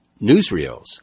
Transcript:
newsreels